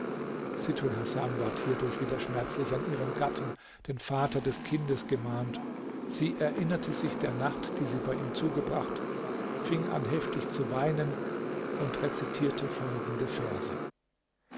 sittulhasan ward hierdurch wieder schmerzlich an ihren gatten den vater des kindes gemahnt sie erinnerte sich der nacht die sie bei ihm zugebracht fing an heftig zu weinen und rezitierte folgende verse